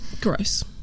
Gross